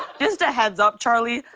just a heads-up, charlie.